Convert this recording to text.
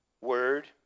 word